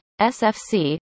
SFC